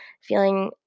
feeling